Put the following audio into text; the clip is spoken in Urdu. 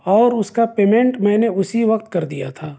اور اس کا پیمینٹ میں نے اسی وقت کر دیا تھا